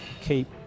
keep